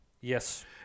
Yes